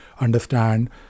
understand